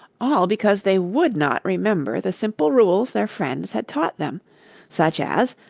all because they would not remember the simple rules their friends had taught them such as,